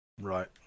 Right